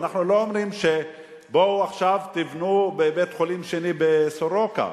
אנחנו לא אומרים: בואו עכשיו תבנו בית-חולים שני ב"סורוקה".